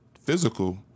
physical